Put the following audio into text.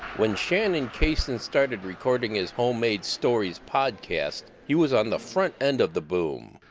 when shannon cason started recording his homemade stories podcast, he was on the front end of the boom.